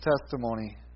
testimony